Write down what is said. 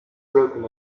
broken